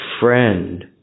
friend